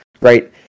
right